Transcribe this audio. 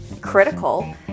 critical